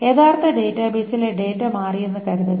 യഥാർത്ഥ ഡാറ്റാബേസിലെ ഡാറ്റ മാറിയെന്ന് കരുതുക